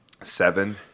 seven